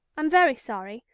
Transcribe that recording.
i'm very sorry,